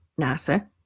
NASA